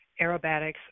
aerobatics